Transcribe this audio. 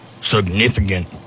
Significant